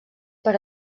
per